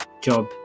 job